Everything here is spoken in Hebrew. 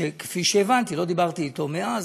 שכפי שהבנתי, לא דיברתי אתו מאז,